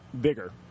bigger